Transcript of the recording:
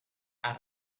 out